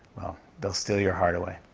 they'll steal your heart away.